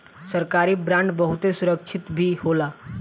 सरकारी बांड बहुते सुरक्षित भी होला